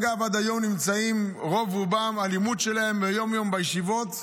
הלימוד של רוב-רובם יום-יום בישיבות,